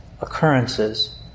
occurrences